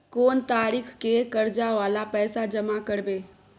कोन तारीख के कर्जा वाला पैसा जमा करबे?